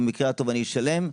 ובמקרה הטוב אני אשלם.